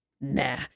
nah